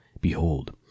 Behold